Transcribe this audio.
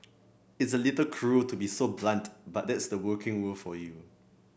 it's a little cruel to be so blunt but that's the working world for you